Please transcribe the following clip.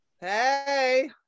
Hey